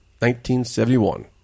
1971